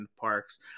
Parks